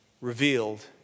revealed